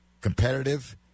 competitive –